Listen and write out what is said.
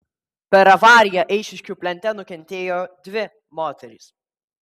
per avariją eišiškių plente nukentėjo dvi moterys